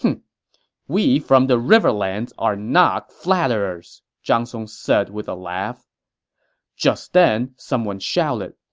we from the riverlands are not flatterers, zhang song said with a laugh just then, someone shouted,